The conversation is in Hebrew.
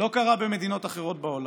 לא קרה במדינות אחרות בעולם.